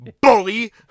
Bully